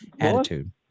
attitude